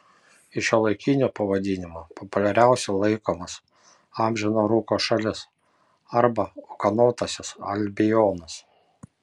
iš šiuolaikinių pavadinimų populiariausiu laikomas amžino rūko šalis arba ūkanotasis albionas